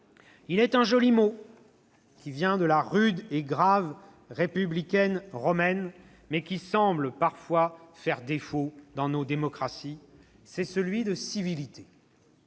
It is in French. Il est un joli mot, qui vient de la rude et grave républicaine romaine, mais qui semble parfois faire défaut dans nos démocraties, c'est celui de " civilité "